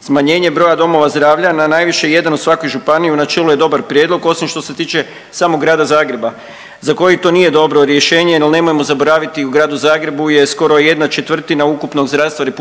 Smanje broja domova zdravlja na najviše jedan u svakoj županiji u načelu je dobar prijedlog osim što se tiče samog Grada Zagreba za koji to nije dobro rješenje jer nemojmo zaboraviti u Gradu Zagrebu je skoro 1/4 ukupnog zdravstva RH